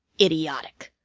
idiotic!